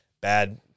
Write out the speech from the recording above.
bad